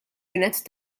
kienet